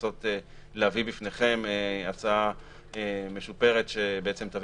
ולנסות להביא בפניכם הצעה משופרת שבעצם תביא